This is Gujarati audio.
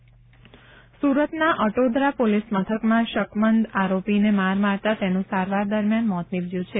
સુરત આરોપી સુરતના અટોદરા પોલીસ મથકમાં શંકદમ આરોપીને માર મારતા તેનું સારવાર દરમ્યાન મોત નિપજયું છે